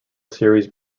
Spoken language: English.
series